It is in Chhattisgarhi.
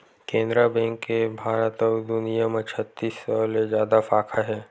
केनरा बेंक के भारत अउ दुनिया म छत्तीस सौ ले जादा साखा हे